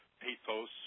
pathos